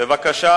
בבקשה